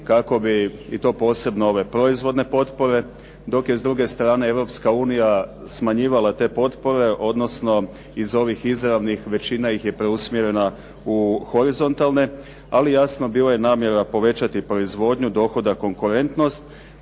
kako bi, i to posebno ove proizvodne potpore, dok je s druge strane Europska unija smanjivala te potpore, odnosno iz ovih izravnih većina ih je preusmjerena u horizontalne. Ali jasno, bila je namjera povećati proizvodnju, dohodak, konkurentnost.